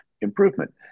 improvement